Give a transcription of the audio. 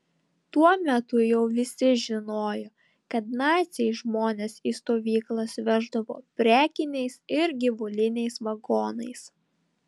tuo metu jau visi žinojo kad naciai žmones į stovyklas veždavo prekiniais ir gyvuliniais vagonais